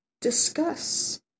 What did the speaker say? discuss